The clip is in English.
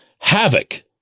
Havoc